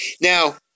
Now